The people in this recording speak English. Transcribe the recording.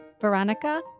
Veronica